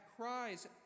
cries